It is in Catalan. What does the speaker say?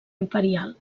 imperial